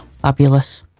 fabulous